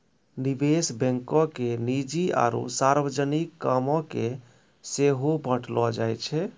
निवेश बैंको के निजी आरु सार्वजनिक कामो के सेहो बांटलो जाय छै